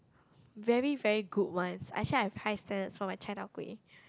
very very good ones actually I have high standards for my chai-dao-kueh